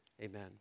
amen